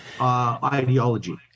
ideology